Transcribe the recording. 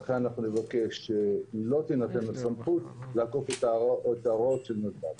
ולכן אנחנו נבקש שלא תינתן הסמכות לעקוף את ההוראות של נתב"ג.